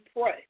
pray